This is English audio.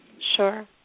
Sure